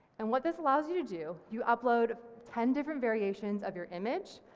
and what this allows you to do, you upload ten different variations of your image,